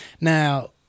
Now